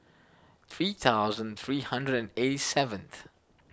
three thousand three hundred and eighty seventh